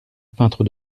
peintre